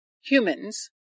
humans